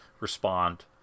respond